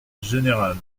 générale